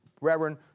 Reverend